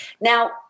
Now